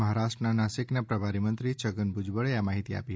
મહારાષ્ટ્ર ના નાસિકના પ્રભારી મંત્રી છગન ભૂજબળે આ માહિતી આપી